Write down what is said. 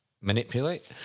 manipulate